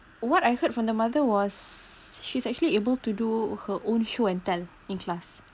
what I heard from the mother was she's actually able to do her own show and tell in class